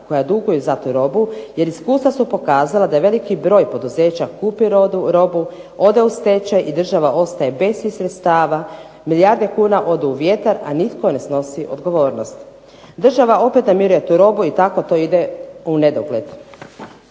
koja duguje za tu robu, jer iskustva su pokazala da veliki broj poduzeća kupi robu, odu u stečaj i država ostaje bez tih sredstava, milijarde kuna odu u vjetar a nitko ne snosi odgovornost. Država opet namiruje tu robu i tako to ide u nedogled.